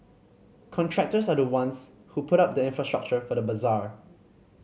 contractors are the ones who put up the infrastructure for the bazaar